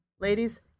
ladies